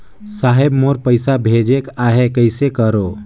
साहेब मोर पइसा भेजेक आहे, कइसे करो?